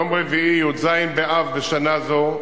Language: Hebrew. יום רביעי, י"ז באב בשנה זו,